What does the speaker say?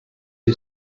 who